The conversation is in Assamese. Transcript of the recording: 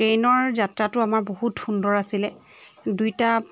ট্ৰেইনৰ যাত্ৰাটো আমাৰ বহুত সুন্দৰ আছিলে দুইটা